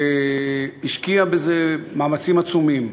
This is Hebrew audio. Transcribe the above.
והשקיע בזה מאמצים עצומים,